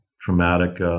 traumatic